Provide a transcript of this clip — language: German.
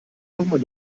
nochmal